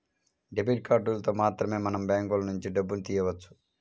debit కార్డులతో మాత్రమే మనం బ్యాంకులనుంచి డబ్బును తియ్యవచ్చు